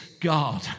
God